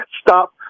stop